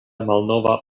malnova